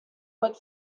but